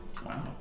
Wow